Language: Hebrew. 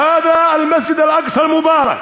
האדא אל-מסגד אל-אקצא אל-מובארכ.